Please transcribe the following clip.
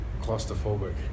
claustrophobic